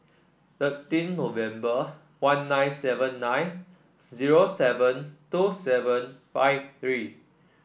thirteen November one nine seven nine zero seven two seven five three